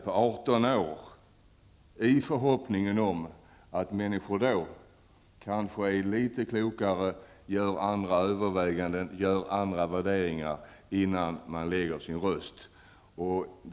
Den gränsen har satts i förhoppning om att människor i den åldern är litet klokare och gör andra värderingar och överväganden innan de lägger sin röst på ett visst parti.